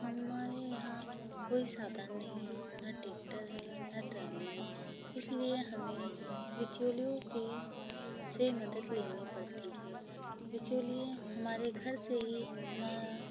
हमारे यहाँ कोई साधन नहीं है ना ट्रैक्टर है ना ट्रॉली है इसलिए हमें बिचौलियों की से मदद लेनी पड़ती है बिचौलिए हमारे घर से ही